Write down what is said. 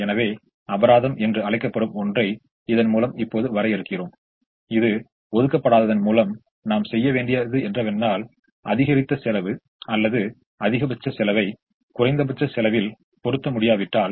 எனவே அபராதம் என்று அழைக்கப்படும் ஒன்றை இதன்முலம் இப்போது வரையறுக்கிறோம் இது ஒதுக்கப்படாததன் மூலம் நாம் செய்ய வேண்டிய என்னவென்றால் அதிகரித்த செலவு அல்லது அதிகபட்ச செலவை குறைந்தபட்ச செலவில் பொறுத்த முடியாவிட்டால்